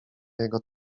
jego